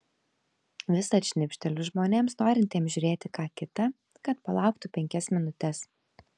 visad šnibžteliu žmonėms norintiems žiūrėti ką kita kad palauktų penkias minutes